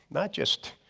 not just